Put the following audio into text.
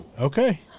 Okay